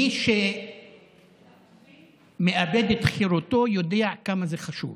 מי שמאבד את חירותו יודע כמה זה חשוב.